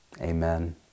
Amen